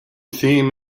theme